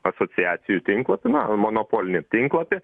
asociacijų tinklapį na monopolinį tinklapį